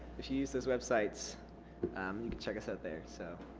if you use those websites you can check us out there so